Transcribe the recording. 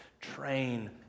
train